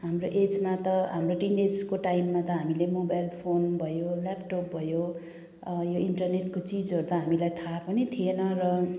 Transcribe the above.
हाम्रो एजमा त हाम्रो टिनएजको टाइममा त हामीले मोबाइल फोन भयो ल्यापटप भयो यो इन्टरनेटको चिजहरू त हामीलाई थाहा पनि थिएन र